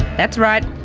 that's right.